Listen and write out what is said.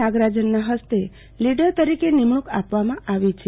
નાગરાજનનાં હસ્તે લીડર તરીકે નિમણુક આપવામાં આવી છે